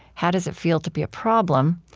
how does it feel to be a problem?